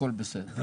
הכול בסדר.